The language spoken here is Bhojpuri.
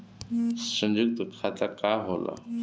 सयुक्त खाता का होला?